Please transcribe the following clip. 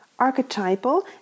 Archetypal